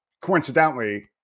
coincidentally